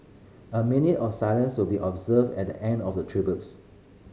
a minute of silence will be observed at the end of the tributes